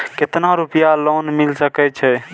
केतना रूपया लोन मिल सके छै?